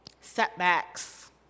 setbacks